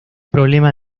problema